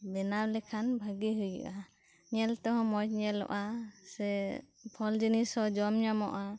ᱵᱮᱱᱟᱣ ᱞᱮᱠᱷᱟᱱ ᱵᱷᱟᱜᱮ ᱦᱳᱭᱳᱜᱼᱟ ᱧᱮᱞ ᱛᱮᱦᱚᱸ ᱢᱚᱸᱡᱽ ᱧᱮᱞᱚᱜᱼᱟ ᱥᱮ ᱯᱷᱚᱞ ᱡᱤᱱᱤᱥ ᱦᱚᱸ ᱡᱚᱢ ᱧᱟᱢᱚᱜᱼᱟ